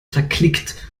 verklickt